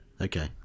okay